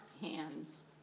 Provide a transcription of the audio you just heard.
hands